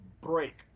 break